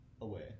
away